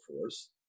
force